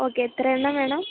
okay എത്ര എണ്ണം വേണം